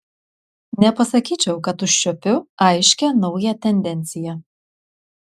nepasakyčiau kad užčiuopiu aiškią naują tendenciją